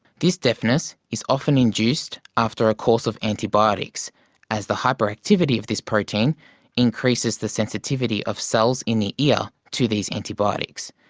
deafness is often induced after a course of antibiotics as the hyperactivity of this protein increases the sensitivity of cells in the ear to these antibiotics,